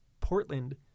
Portland